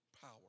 power